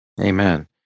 Amen